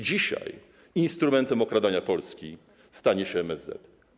Dzisiaj instrumentem okradania Polski stanie się MSZ.